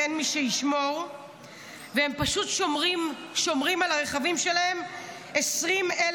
נספר גם על הכתבה שפורסמה בערוץ 12,